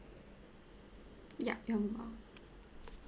ya your